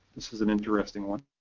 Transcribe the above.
this is an interesting one.